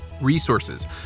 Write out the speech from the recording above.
Resources